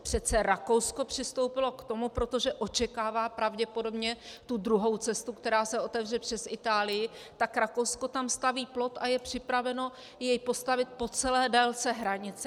Přece Rakousko přistoupilo k tomu protože očekává pravděpodobně tu druhou cestu, která se otevře přes Itálii, tak tam Rakousko staví plot a je připraveno jej postavit po celé délce hranice.